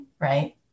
right